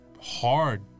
hard